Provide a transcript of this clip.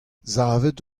savet